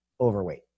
overweight